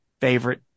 favorite